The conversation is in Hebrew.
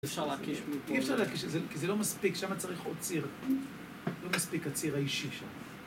אי אפשר להקים? אי אפשר להקים, כי זה לא מספיק, שם צריך עוד ציר. לא מספיק הציר האישי שם.